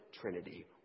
Trinity